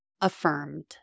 Affirmed